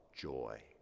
joy